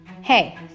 hey